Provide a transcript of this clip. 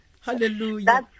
Hallelujah